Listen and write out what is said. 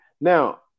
now